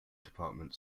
department